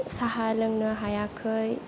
साहा लोंनो हायाखै